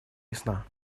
ясна